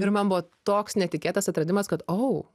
ir man buvo toks netikėtas atradimas kad au